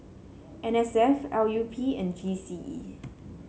N S F L U P and G C E